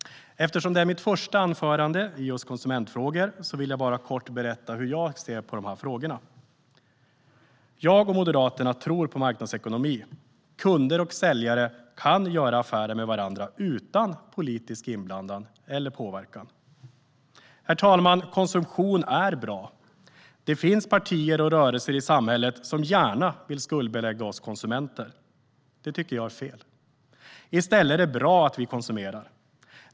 Eftersom detta är mitt första anförande om just konsumentfrågor vill jag kort berätta om hur jag ser på de här frågorna. Jag och Moderaterna tror på marknadsekonomi. Kunder och säljare kan göra affärer med varandra utan politisk inblandning eller påverkan. Konsumtion är bra. Det finns partier och rörelser i samhället som gärna vill skuldbelägga oss konsumenter. Det tycker jag är fel. I stället är det bra att vi konsumerar.